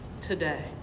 today